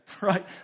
right